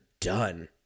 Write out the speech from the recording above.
done